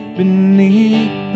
beneath